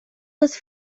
was